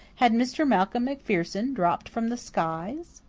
had mr. malcolm macpherson dropped from the skies?